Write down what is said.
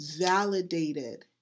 validated